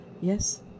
Yes